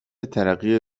ترقی